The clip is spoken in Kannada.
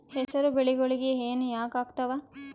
ಹೆಸರು ಬೆಳಿಗೋಳಿಗಿ ಹೆನ ಯಾಕ ಆಗ್ತಾವ?